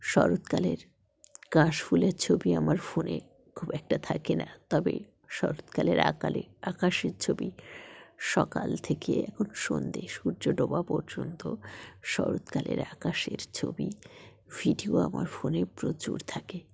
শরৎকালের কাশফুলের ছবি আমার ফোনে খুব একটা থাকে না তবে শরৎকালের আকালে আকাশের ছবি সকাল থেকে এখন সন্ধ্যে সূর্য ডোবা পর্যন্ত শরৎকালের আকাশের ছবি ভিডিও আমার ফোনে প্রচুর থাকে